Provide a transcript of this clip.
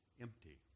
empty